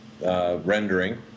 rendering